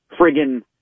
friggin